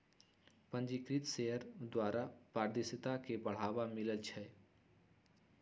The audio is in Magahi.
पंजीकृत शेयर द्वारा पारदर्शिता के बढ़ाबा मिलइ छै